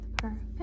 perfect